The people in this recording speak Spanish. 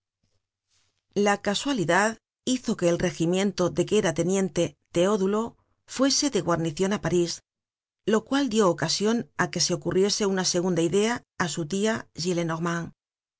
la casualidad hizo que el regimiento de que era teniente teodulo fuese de guarnicion á parís lo cual dió ocasión á que se ocurriese una segunda idea á su tia